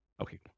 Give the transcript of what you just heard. Okay